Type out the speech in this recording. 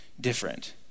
different